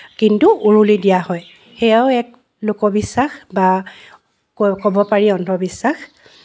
কিন্তু উৰুলি দিয়া হয় সেয়াও এক লোকবিশ্বাস বা ক ক'ব পাৰি অন্ধবিশ্বাস